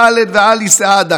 חאלד ועלי סעדי,